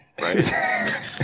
Right